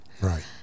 Right